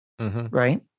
right